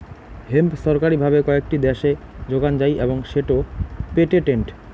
hemp ছরকারি ভাবে কয়েকটি দ্যাশে যোগান যাই এবং সেটো পেটেন্টেড